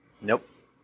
Nope